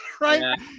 right